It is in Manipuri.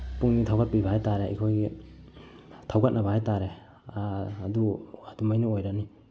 ꯄꯨꯛꯅꯤꯡ ꯊꯧꯒꯠꯄꯤꯕ ꯍꯥꯏ ꯇꯥꯔꯦ ꯑꯩꯈꯣꯏꯒꯤ ꯊꯧꯒꯠꯅꯕ ꯍꯥꯏ ꯇꯥꯔꯦ ꯑꯗꯨ ꯑꯗꯨꯃꯥꯏꯅ ꯑꯣꯏꯔꯅꯤ